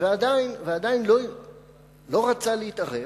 ועדיין לא רצה להתערב.